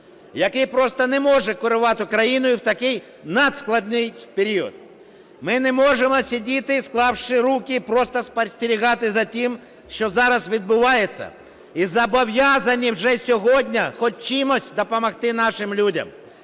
який просто не може керувати країною в такий надскладний період. Ми не можемо сидіти, склавши руки і просто спостерігати за тим, що зараз відбувається, і зобов'язані вже сьогодні, хоч чимось допомогти нашим людям.